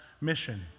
mission